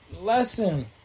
lesson